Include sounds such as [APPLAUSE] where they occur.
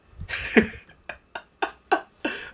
[LAUGHS]